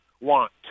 want